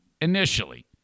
initially